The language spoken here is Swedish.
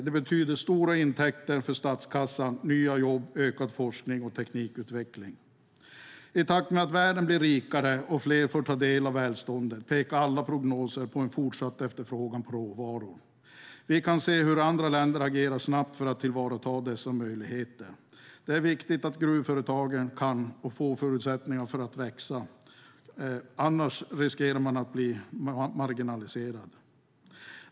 Det betyder stora intäkter för statskassan, nya jobb, ökad forskning och teknikutveckling. I takt med att världen blir rikare och fler får ta del av välståndet pekar alla prognoser på en fortsatt efterfrågan på råvaror. Vi kan se hur andra länder agerar snabbt för att tillvarata dessa möjligheter. Det är viktigt att gruvföretagen kan få och får förutsättningar för att växa. Annars riskerar man att bli marginaliserad.